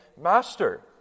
Master